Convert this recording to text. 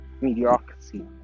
mediocrity